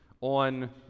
on